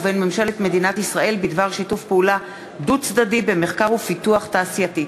ובין ממשלת מדינת ישראל בדבר שיתוף פעולה דו-צדדי במחקר ופיתוח תעשייתי.